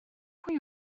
pwy